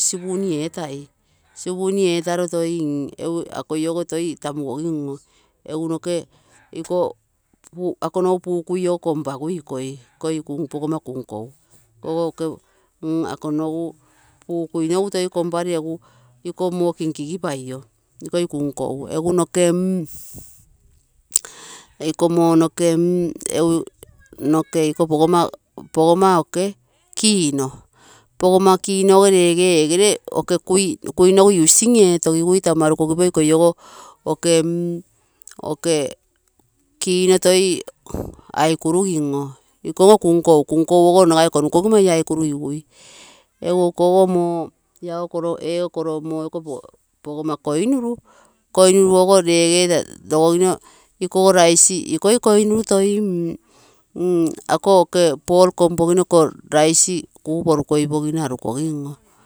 spoon etal, spoon etaro toi akologo toi tamugogim oo, eegu noke akonogu pukui ogo kompagui ikoi, pogomma kunkou, pukui nogu toi kigipara ako moo kinkigiparo, ikoi kunkou, egu noke, iko pogomma kinoo, pogomma kiinogo reege kuinogu using etogigui. Tamu arukogipio, ikoi ogo kiino toi aikurugin, ikogo kunkou, kunkou ogo nagai konukogimo aiaikurusigui. Egu ikogo koro pogomma koinuru, ogo reege nagai rogogimo aiai kurugigu.